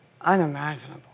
unimaginable